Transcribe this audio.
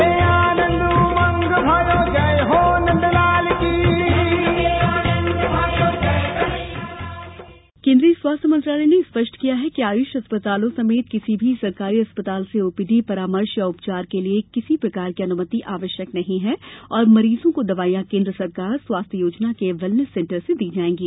wellness centre केंद्रीय स्वास्थ्य मंत्रालय ने स्पष्ट किया है कि आयुष अस्पतालों समेत किसी भी सरकारी अस्पताल से ओपीडी परामर्श या उपचार के लिए किसी प्रकार की अनुमति आवश्यक नहीं है और मरीजों को दवाइयां केंद्र सरकार स्वास्थ्य योजना के वेलनेस सेंटर से दी जाएंगी